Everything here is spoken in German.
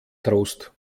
trost